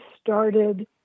started